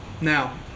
Now